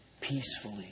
peacefully